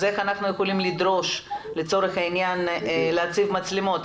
אז איך אנחנו יכולים לדרוש לצורך העניין להציב מצלמות?